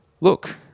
look